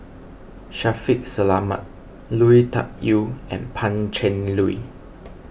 Shaffiq Selamat Lui Tuck Yew and Pan Cheng Lui